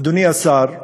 אדוני השר,